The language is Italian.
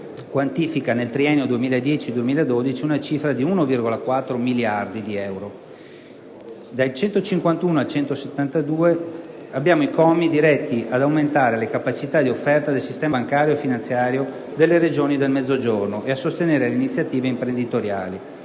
quantificata nel triennio 2010-2012 una cifra pari a circa 1,4 miliardi di euro. I commi da 151 a 172 sono diretti ad aumentare la capacità di offerta del sistema bancario e finanziario delle Regioni del Mezzogiorno e a sostenere le iniziative imprenditoriali.